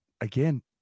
again